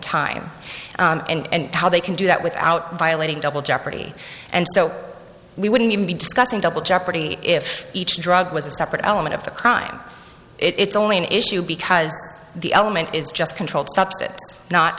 time and how they can do that without violating double jeopardy and so we wouldn't even be discussing double jeopardy if each drug was a separate element of the crime it's only an issue because the element is just controlled substance not